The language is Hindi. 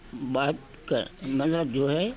बात का मतलब जो है